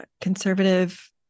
conservative